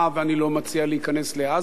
ואני לא מציע להיכנס לעזה,